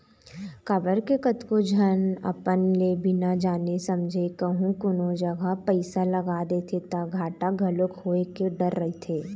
काबर के कतको झन अपन ले बिना जाने समझे कहूँ कोनो जघा पइसा लगा देथे ता घाटा घलोक होय के डर रहिथे